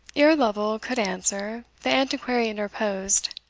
ere lovel could answer, the antiquary interposed.